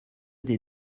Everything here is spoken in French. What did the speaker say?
des